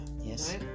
yes